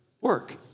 work